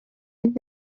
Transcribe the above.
mynd